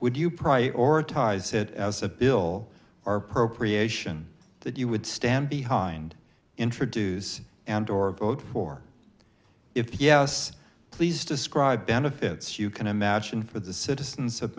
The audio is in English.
would you prioritize it as a bill or procreation that you would stand behind introduce and or vote for if yes please describe benefits you can imagine for the citizens of